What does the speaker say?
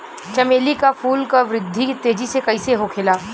चमेली क फूल क वृद्धि तेजी से कईसे होखेला?